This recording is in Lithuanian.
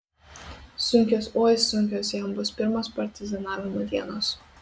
sunkios oi sunkios jam bus pirmos partizanavimo dienos